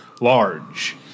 large